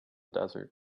desert